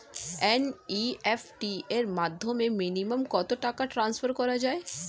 NEFT র মাধ্যমে minimum কত টাকা ট্রান্সফার করা যায়?